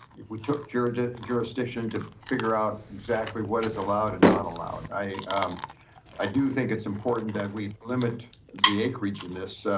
if we took jared to jurisdiction to figure out exactly what is allowed and not allowed, i um i do think it's important that we limit the increase in this,